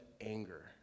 anger